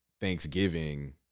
Thanksgiving